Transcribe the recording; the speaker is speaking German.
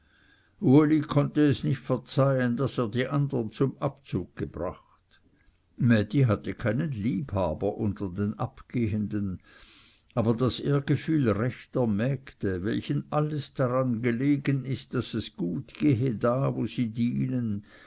uli konnte es nicht verzeihn daß er die andern zum abzug gebracht mädi hatte keinen liebhaber unter den abgehenden aber das ehrgefühl rechter mägde welchen alles daran gelegen ist daß es gut gehe da wo sie dienen